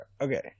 Okay